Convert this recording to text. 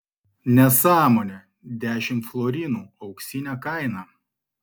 nesąmonė dešimt florinų auksinė kaina